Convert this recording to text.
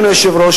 אדוני היושב-ראש,